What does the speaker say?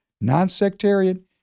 non-sectarian